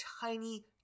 tiny